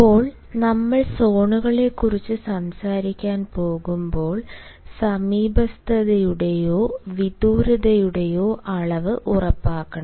ഇപ്പോൾ നമ്മൾ സോണുകളെക്കുറിച്ച് സംസാരിക്കാൻ പോകുമ്പോൾ സമീപസ്ഥതയുടെയോ വിദൂരതയുടെയോ അളവ് ഉറപ്പാക്കണം